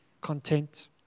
content